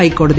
ഹൈക്കോടതി